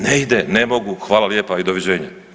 Ne ide, ne mogu, hvala lijepa i doviđenja.